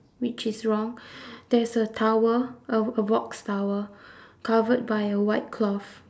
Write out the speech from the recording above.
which is wrong there is a tower a a box tower covered by a white cloth